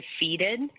defeated